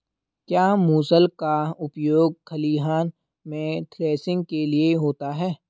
क्या मूसल का उपयोग खलिहान में थ्रेसिंग के लिए होता है?